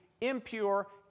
impure